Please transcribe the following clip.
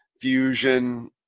fusion